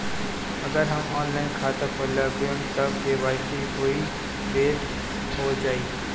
अगर हम ऑनलाइन खाता खोलबायेम त के.वाइ.सी ओहि बेर हो जाई